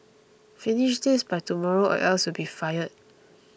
finish this by tomorrow or else you'll be fired